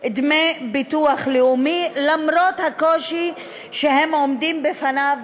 דמי ביטוח לאומי, למרות הקושי שהם עומדים בפניו